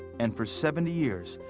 and for seventy years,